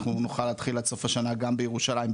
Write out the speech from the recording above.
אנחנו נוכל להתחיל עד סוף השנה גם בירושלים,